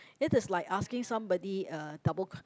it is like asking somebody uh double con~